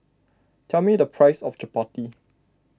tell me the price of Chappati